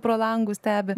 pro langus stebi